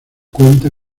cuenta